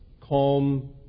calm